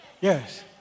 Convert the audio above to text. Yes